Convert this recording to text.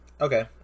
okay